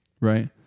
right